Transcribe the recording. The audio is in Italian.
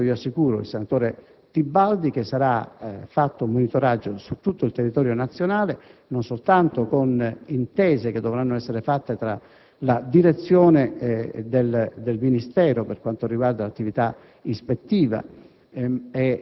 Su questo aspetto assicuro il senatore Tibaldi che sarà fatto un monitoraggio su tutto il territorio nazionale, non soltanto con intese che dovranno essere fatte tra la direzione del Ministero (per quanto riguarda l'attività ispettiva